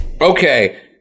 Okay